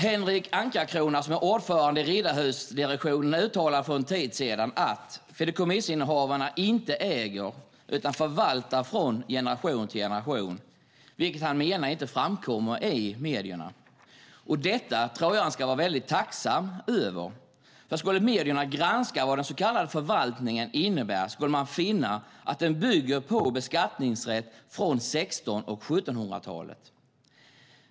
Henric Ankarcrona, som är ordförande i riddarhusdirektionen, uttalade för en tid sedan att "fideikommissinnehavarna inte äger utan förvaltar från generation till generation", vilket han menar inte framkommer i medierna. Det tror jag att han ska vara mycket tacksam över. Skulle medierna granska vad den så kallade förvaltningen innebär skulle de finna att den bygger på beskattningsrätt från 1600 och 1700-talet.